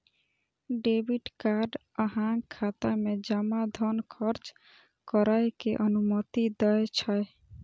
debit card अहांक खाता मे जमा धन खर्च करै के अनुमति दै छै